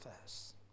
first